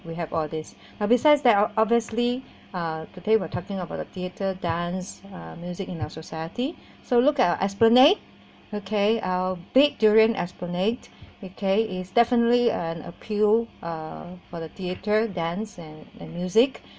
we have all this uh besides that obviously uh today we're talking about the theatre dance uh music in our society so look at our esplanade okay our big durian esplanade okay is definitely an appeal uh for the theatre dance and music